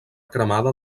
cremada